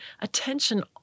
attention